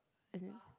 as in